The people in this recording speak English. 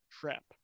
trap